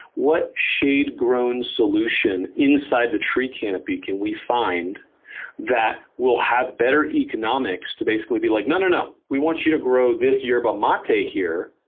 what shade grown solution inside the tree canopy can we find that will have better economics to basically be like, no no no. we want you to grow this yerba um ah mate here,